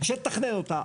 שתתכנן אותו.